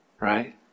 Right